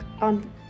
on